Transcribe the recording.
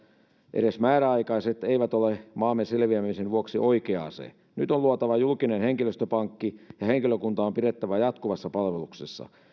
edes määräaikaiset eivät ole maamme selviämisen vuoksi oikea ase nyt on luotava julkinen henkilöstöpankki ja henkilökunta on on pidettävä jatkuvassa palveluksessa